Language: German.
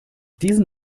diesen